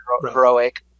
heroic